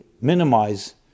minimize